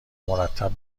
مرتب